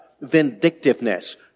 vindictiveness